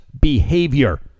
behavior